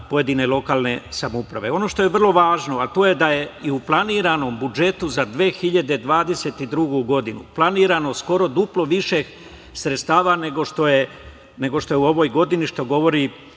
pojedine lokalne samouprave. Ono što je vrlo važno, a to je da u planiranom budžetu za 2022. godinu planirano skoro duplo više sredstava nego što je u ovoj godini, što govori